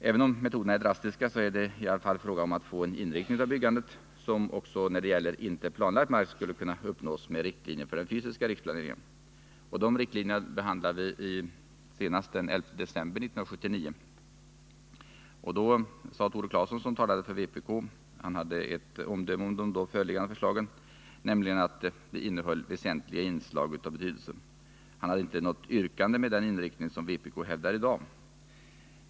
Även om metoderna är drastiska, är det ändå fråga om att få till stånd en inriktning av byggandet som också när det gäller inte planlagd mark skulle kunna uppnås med riktlinjer för den fysiska riksplaneringen. Dessa riktlinjer behandlade vi senast den 11 december 1979. Tore Claeson, som då talade för vpk, hade då bara ett omdöme om då föreliggande förslag, nämligen ”att det innehöll väsentliga inslag av betydelse”. Han hade inte något yrkande med den inriktning vpk hävdar i dag.